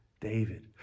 David